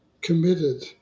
committed